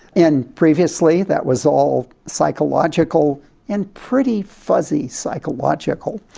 and previously that was all psychological and pretty fuzzy psychological.